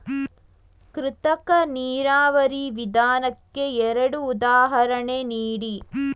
ಕೃತಕ ನೀರಾವರಿ ವಿಧಾನಕ್ಕೆ ಎರಡು ಉದಾಹರಣೆ ನೀಡಿ?